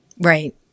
Right